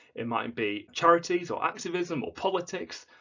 it might be charities or activism or politics,